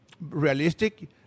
realistic